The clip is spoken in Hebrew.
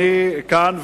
אני כאן,